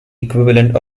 equivalent